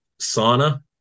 sauna